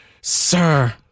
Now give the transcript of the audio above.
Sir